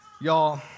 y'all